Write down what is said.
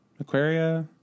Aquaria